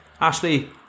Ashley